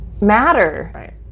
matter